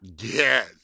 Yes